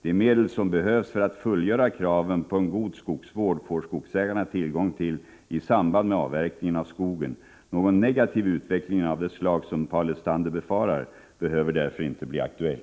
De medel som behövs för att fullgöra kraven på en god skogsvård får skogsägarna tillgång till i samband med avverkningen av skogen. Någon negativ utveckling av det slag som Paul Lestander befarar behöver därför inte bli aktuell.